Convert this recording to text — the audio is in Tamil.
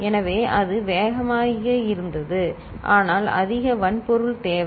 எனவே அது வேகமாக இருந்தது ஆனால் அதிக வன்பொருள் தேவை